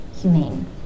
humane